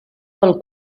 pel